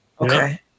Okay